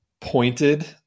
pointed